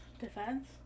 Defense